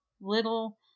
Little